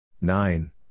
Nine